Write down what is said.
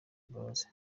imbabazi